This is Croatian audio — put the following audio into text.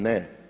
Ne.